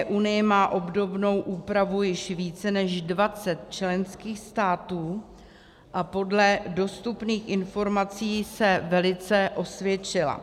V EU má obdobnou úpravu již více než 20 členských států a podle dostupných informací se velice osvědčila.